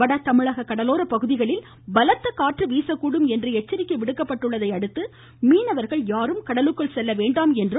வட தமிழக கடலோர பகுதிகளில் பலத்த காற்று வீசக்கூடும் என்று எச்சரிக்கை விடுக்கப்பட்டுள்ளதை அடுத்து மீனவர்கள் யாரும் கடலுக்குள் செல்ல வேண்டாம் என அவர் எச்சரித்துள்ளார்